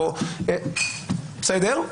בסדר,